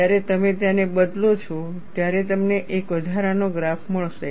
જ્યારે તમે તેમને બદલો છો ત્યારે તમને એક વધારાનો ગ્રાફ મળશે